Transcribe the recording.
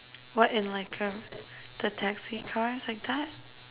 what in like uh the taxi cars like that